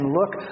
look